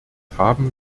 haben